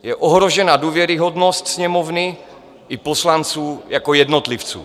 Je ohrožena důvěryhodnost Sněmovny i poslanců jako jednotlivců.